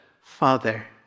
Father